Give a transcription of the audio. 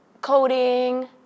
coding